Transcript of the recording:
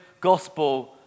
gospel